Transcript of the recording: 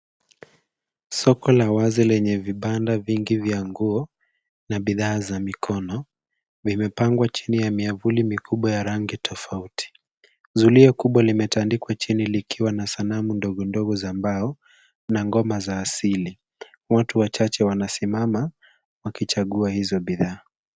Soko la wazi lenye vibanda vingi vya nguo na bidhaa za mikono vimepangwa chini ya miavuli mikubwa ya rangi tofauti. Zulia kubwa limetandikwa chini likiwa na sanamu ndogo ndogo za mbao, na ngoma za asili. Watu wachache wanasimama wakichagua hizo bidhaa.